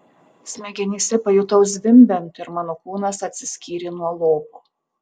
smegenyse pajutau zvimbiant ir mano kūnas atsiskyrė nuo lopo